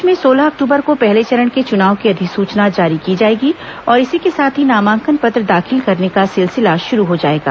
प्रदेश में सोलह अक्टूबर को पहले चरण के चुनाव की अधिसूचना जारी की जाएगी और इसी के साथ ही नामांकन पत्र दाखिल करने का सिलसिला शुरू हो जाएगा